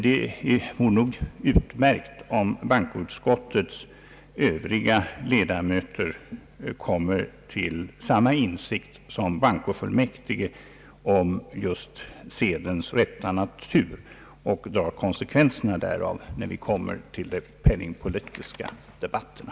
Det vore utmärkt om bankoutskottets övriga ledamöter kommer till samma insikt som bankofullmäktige om sedelns rätta natur och drar konsekvenserna därav, när vi går till de penningpolitiska debatterna.